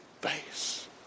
face